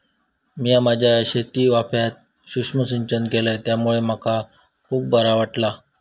मिया माझ्या शेतीवाफ्यात सुक्ष्म सिंचन केलय त्यामुळे मका खुप बरा वाटला